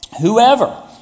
Whoever